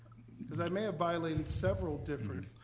cause i may have violated several different